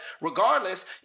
regardless